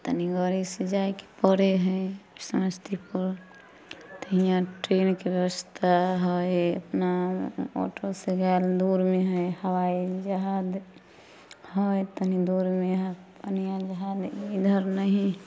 तनी गड़ी से जाइके पड़ै है समस्तीपुर तऽ हीयाँ ट्रेनके ब्यवस्था है ऑटो से गेल रोडमे है हवाइ जहाज है तनी दूरमे है पनिऑं जहाज इधर नहि